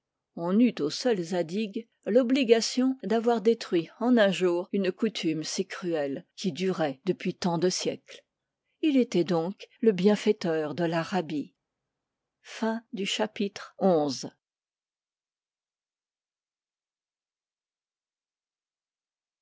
on eut au seul zadig l'obligation d'avoir détruit en un jour une coutume si cruelle qui durait depuis tant de siècles il était donc le bienfaiteur de l'arabie